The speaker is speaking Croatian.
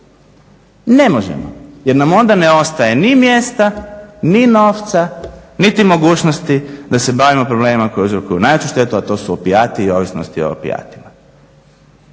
ne možemo jer nam onda ne ostaje ni mjesta, ni novca, niti mogućnosti da se bavimo problemima koji uzroku najjaču štetu, a to su opijati i ovisnosti o opijatima.